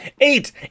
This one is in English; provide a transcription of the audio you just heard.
Eight